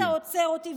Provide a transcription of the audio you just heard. אם אתה עוצר אותי,